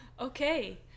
Okay